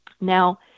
Now